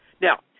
Now